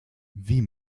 wie